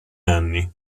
anni